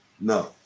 No